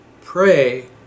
Pray